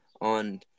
on –